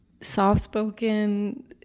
soft-spoken